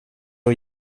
att